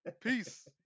peace